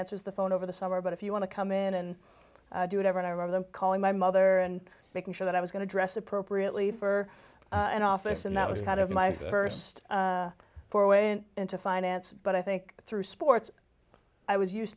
answers the phone over the summer but if you want to come in and do it over and i remember them calling my mother and making sure that i was going to dress appropriately for an office and that was kind of my st four went into finance but i think through sports i was used